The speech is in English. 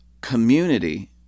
community